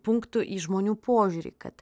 punktu į žmonių požiūrį kad